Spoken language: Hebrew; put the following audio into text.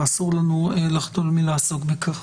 ואסור לנו לחדול מלעסוק בכך.